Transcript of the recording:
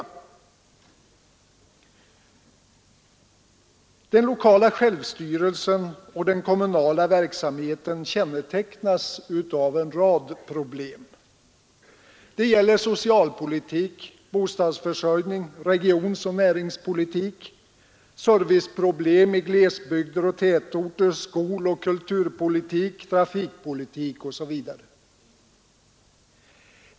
Den lokala självstyrelsen och den kommunala verksamheten kännetecknas av en rad problem. Det gäller socialpolitik, bostadsförsörjning, regionoch näringspolitik, serviceproblem i glesbygder och tätorter, skoloch kulturpolitik, trafikpolitik osv.